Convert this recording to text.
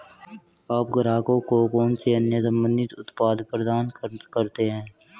आप ग्राहकों को कौन से अन्य संबंधित उत्पाद प्रदान करते हैं?